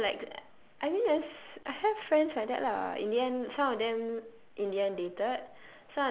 you know like I mean there's I have friends like that lah in the end some of them in the end dated